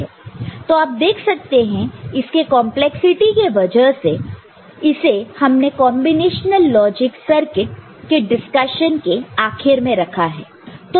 तो आप देख सकते हैं इसके कंपलेक्सिटी के वजह से इसे हमने कांबिनेशनल लॉजिक सर्किट के डिस्कशन के आखिर में रखा है